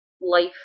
life